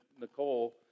Nicole